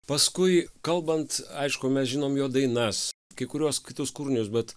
paskui kalbant aišku mes žinom jo dainas kai kuriuos kitus kūrinius bet